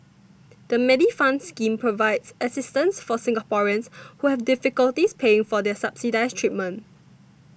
the Medifund scheme provides assistance for Singaporeans who have difficulties paying for subsidized treatment